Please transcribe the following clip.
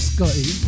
Scotty